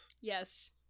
yes